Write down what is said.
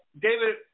David